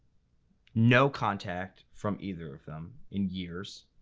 no contact from either of them in years,